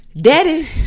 daddy